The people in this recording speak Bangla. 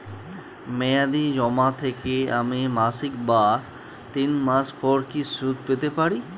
মেয়াদী জমা থেকে আমি মাসিক বা তিন মাস পর কি সুদ পেতে পারি?